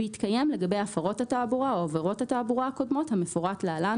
והתקיים לגבי הפרות התעבורה או עבירות התעבורה הקודמות המפורט להלן,